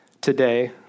today